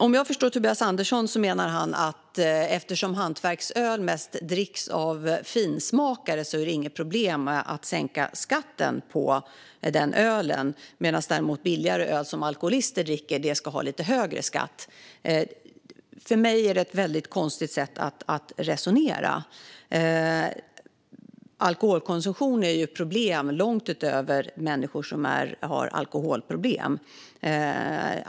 Om jag förstår Tobias Andersson rätt menar han att eftersom hantverksöl mest dricks av finsmakare är det inget problem att sänka skatten på den ölen, medan däremot billigare öl som alkoholister dricker ska ha lite högre skatt. För mig är det ett konstigt sätt att resonera. Alkoholkonsumtion är ju ett problem långt utöver att en del människor har missbruksproblem.